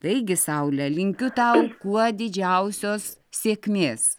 taigi saulė linkiu tau kuo didžiausios sėkmės